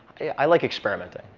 i like experimenting.